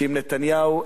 שעם נתניהו,